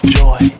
joy